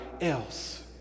else